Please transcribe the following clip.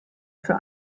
für